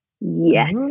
Yes